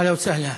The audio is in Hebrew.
אהלן וסהלן.